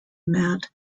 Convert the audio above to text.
matt